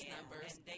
numbers